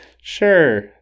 Sure